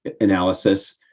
analysis